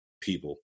people